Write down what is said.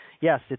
yes